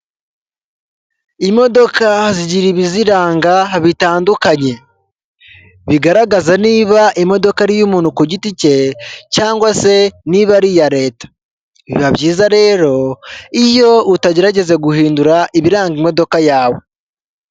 Imodoka zigira ibiziranga bitandukanye, bigaragaza niba imodoka ari iy'umuntu ku giti cye cyangwa se niba ari iya leta. Biba byiza rero iyo utagerageza guhindura ibiranga imodoka yawe.